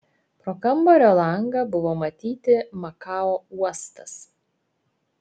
pro kambario langą buvo matyti makao uostas